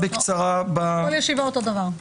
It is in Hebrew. כל ישיבה אותו דבר.